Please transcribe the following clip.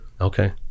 Okay